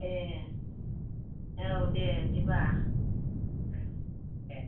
ए औ दे बिदिबा दे